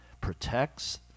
protects